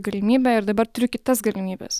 galimybę ir dabar turiu kitas galimybes